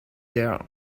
there